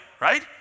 right